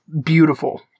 beautiful